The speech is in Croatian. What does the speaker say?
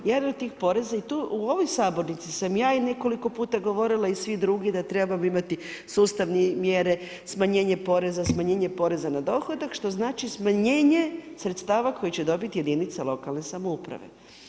Ja do tih poreza i tu ovoj sabornici sam ja i nekoliko puta govorila i svi drugi da trebamo imati sustavne mjere, smanjenje poreza, smanjenje poreza na dohodak, što znači smanjenje sredstava koji će dobiti jedinice lokalne samouprave.